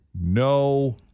no